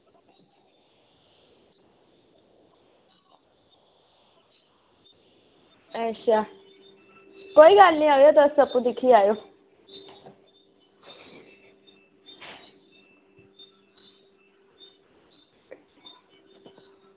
अच्छा कोई गल्ल निं आओ तुस आपूं दिक्खियै गै आओ